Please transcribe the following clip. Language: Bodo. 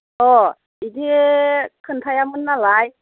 अह बिदि खोन्थायामोन नालाय